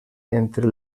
entre